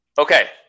Okay